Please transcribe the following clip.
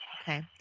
Okay